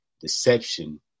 Deception